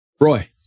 roy